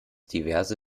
diverse